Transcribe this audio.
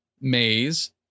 maze